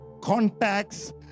contacts